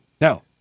no